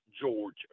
Georgia